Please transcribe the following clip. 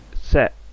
set